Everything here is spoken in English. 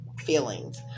feelings